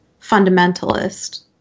fundamentalist